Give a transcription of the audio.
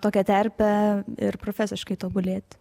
tokią terpę ir profesiškai tobulėti